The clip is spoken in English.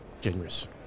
generous